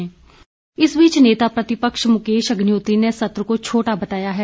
मुकेश अग्निहोत्री इस बीच नेता प्रतिपक्ष मुकेश अग्निहोत्री ने सत्र को छोटा बताया है